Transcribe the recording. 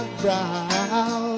brow